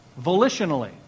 volitionally